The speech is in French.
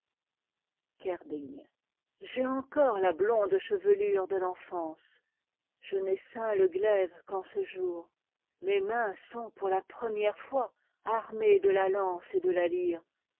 j'ai encore la'blonde chevelure de l'en fance je n'ai ceint le glaive qu'en ce jour mes mains sont pour à première fois armées de la lance et de a lyre